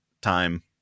time